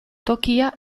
tokia